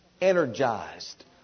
energized